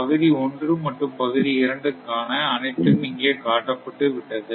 பகுதி 1 மற்றும் பகுதி 2 கான அனைத்தும் இங்கே காட்டப்பட்டு விட்டது